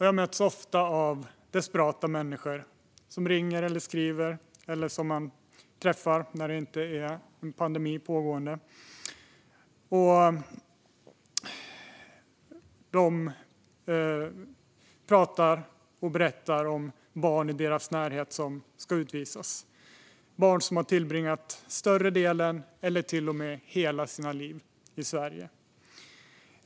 Jag möts ofta av desperata människor som ringer eller skriver, eller som man träffar när det inte pågår en pandemi, och berättar om barn i deras närhet som ska utvisas, barn som har tillbringat större delen av eller till och med hela sina liv i Sverige.